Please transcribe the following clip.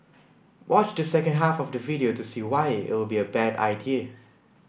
watch the second half of the video to see why it'll be a bad idea